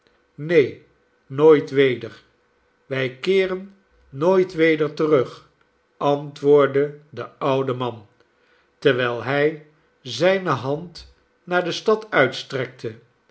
neen nooit weder wij keeren nooit weder terug antwoordde de oude man terwijl hij zijne hand naar de stad uitstrekte